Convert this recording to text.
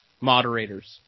moderators